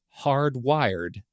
hardwired